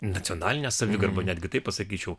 nacionalinę savigarbą netgi taip pasakyčiau